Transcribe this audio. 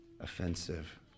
offensive